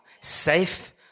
Safe